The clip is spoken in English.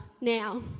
now